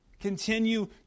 continue